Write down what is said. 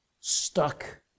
stuck